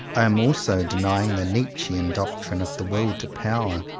i am also denying the nietzschean doctrine of the will to power.